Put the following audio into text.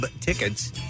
tickets